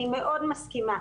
אני מאוד מסכימה,